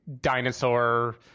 dinosaur